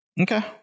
Okay